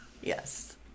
Yes